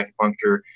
acupuncture